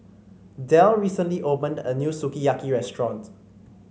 Del recently opened a new Sukiyaki Restaurant